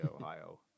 Ohio